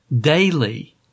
daily